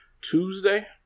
Tuesday